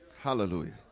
Hallelujah